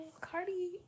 Cardi